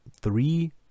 three